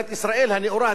הדמוקרטיה היחידה